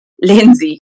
Lindsay